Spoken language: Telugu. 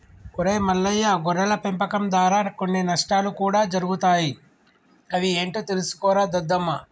ఒరై మల్లయ్య గొర్రెల పెంపకం దారా కొన్ని నష్టాలు కూడా జరుగుతాయి అవి ఏంటో తెలుసుకోరా దద్దమ్మ